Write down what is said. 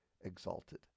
exalted